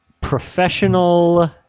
Professional